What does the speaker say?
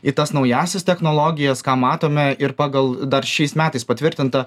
į tas naująsias technologijas ką matome ir pagal dar šiais metais patvirtintą